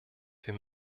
wir